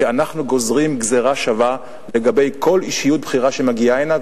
אנחנו גוזרים גזירה שווה לגבי כל אישיות בכירה שמגיעה הנה,